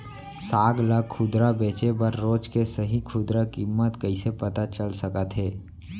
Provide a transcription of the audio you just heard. साग ला खुदरा बेचे बर रोज के सही खुदरा किम्मत कइसे पता चल सकत हे?